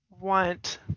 want